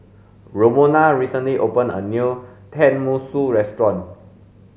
Romona recently opened a new Tenmusu restaurant